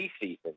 season